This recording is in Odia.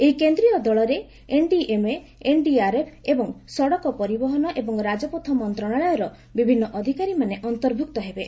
ଏହି କେନ୍ଦ୍ରୀୟ ଦଳରେ ଏନ୍ଡିଏମ୍ଏ ଏନ୍ଡିଆର୍ଏଫ୍ ଏବଂ ସଡ଼କ ପରିବହନ ଏବଂ ରାଜପଥ ମନ୍ତ୍ରଣାଳୟର ବିଭିନ୍ନ ଅଧ୍ୟକାରୀମାନେ ଅନ୍ତର୍ଭକ୍ତ ହେବେ